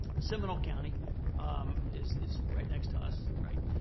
seminole county is is right next to us, right?